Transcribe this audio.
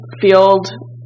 field